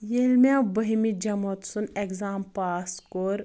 ییٚلہِ مےٚ بٔہمہِ جمٲژ ہُنٛد ایٚگزام پاس کوٚر